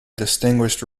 distinguished